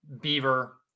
beaver